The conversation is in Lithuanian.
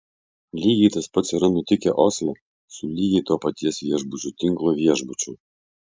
lygiai tas pats yra nutikę osle su lygiai to paties viešbučių tinklo viešbučiu